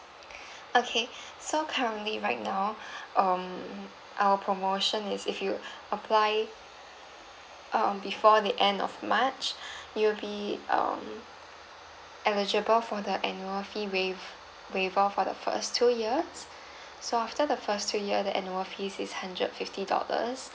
okay so currently right now um our promotion is if you apply um before the end of march you will be um eligible for the annual fee waive waive off for the first two years so after the first two year the annual fees is hundred fifty dollars